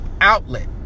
outlet